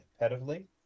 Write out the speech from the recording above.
repetitively